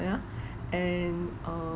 yeah and uh